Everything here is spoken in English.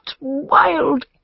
wild